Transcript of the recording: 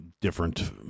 different